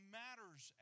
matters